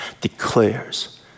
declares